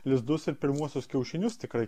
lizdus ir pirmuosius kiaušinius tikrai